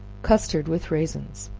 custard with raisins.